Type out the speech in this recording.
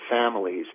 families